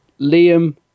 Liam